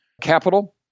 capital